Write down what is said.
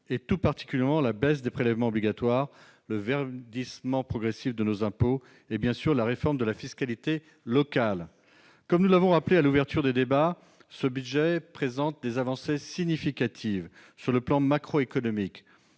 tout particulièrement la baisse des prélèvements obligatoires, le verdissement progressif de nos impôts et, bien évidemment, la réforme de la fiscalité locale. Comme nous l'avons rappelé lors de l'ouverture des débats, ce budget présente des avancées significatives sur le plan macroéconomique.